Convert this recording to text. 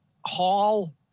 Hall